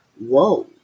whoa